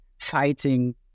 fighting